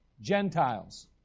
Gentiles